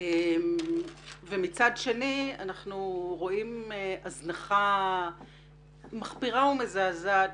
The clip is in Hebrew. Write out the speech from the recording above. מצד שני אנחנו רואים הזנחה מחפירה ומזעזעת,